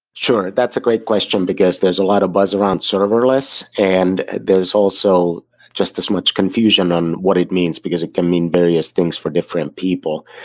sure. that's a great question, because there's a lot of buzz around serverless and there's also just this much confusion on what it means, because it can mean various things for different people.